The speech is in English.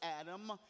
Adam